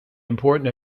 important